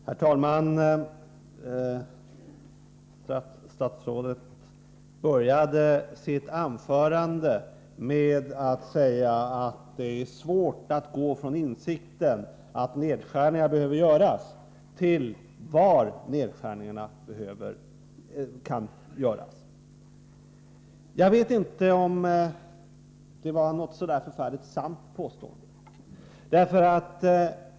Herr talman! Statsrådet började sitt anförande med att säga att det är svårt att gå från insikten att nedskärningar behöver göras till ett beslut om var de kan ske. Jag vet inte om det var något särskilt sant påstående.